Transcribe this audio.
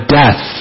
death